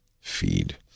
feed